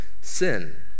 sin